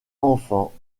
enfants